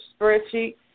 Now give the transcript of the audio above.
spreadsheet